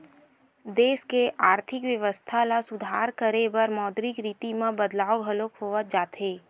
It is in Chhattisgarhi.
देस के आरथिक बेवस्था ल सुधार करे बर मौद्रिक नीति म बदलाव घलो होवत जाथे